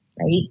Right